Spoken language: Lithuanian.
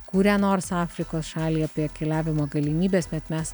kurią nors afrikos šalį apie keliavimo galimybes bet mes